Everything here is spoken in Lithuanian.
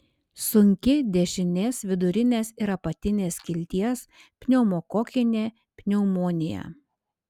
sunki dešinės vidurinės ir apatinės skilties pneumokokinė pneumonija